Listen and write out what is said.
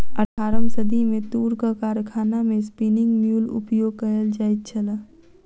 अट्ठारम सदी मे तूरक कारखाना मे स्पिन्निंग म्यूल उपयोग कयल जाइत छल